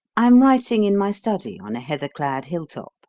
am writing in my study on a heather-clad hill-top